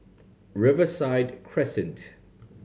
Riverside Crescent